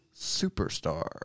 superstar